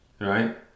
right